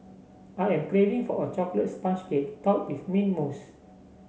I am craving for a chocolate sponge cake top with mint mousse